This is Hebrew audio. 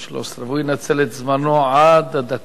והוא ינצל את זמנו עד הדקה האחרונה,